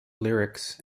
lyrics